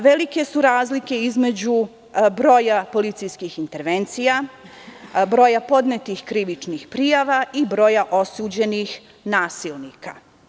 Velike su razlike između broja policijskih intervencija, broja podnetih krivičnih prijava i broja osuđenih nasilnika.